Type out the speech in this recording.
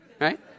right